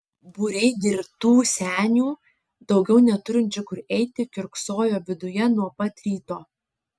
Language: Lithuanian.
būriai girtų senių daugiau neturinčių kur eiti kiurksojo viduje nuo pat ryto